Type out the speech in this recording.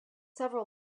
several